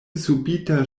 subita